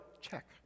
check